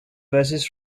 verses